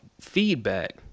feedback